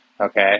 okay